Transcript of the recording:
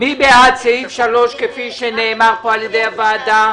מי בעד סעיף 3, כפי שנאמר פה על-ידי הוועדה?